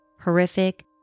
horrific